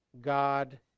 God